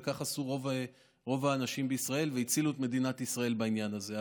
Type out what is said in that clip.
וכך עשו רוב האנשים בישראל והצילו את מדינת ישראל בעניין הזה.